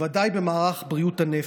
בוודאי במערך בריאות הנפש.